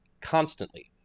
constantly